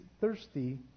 thirsty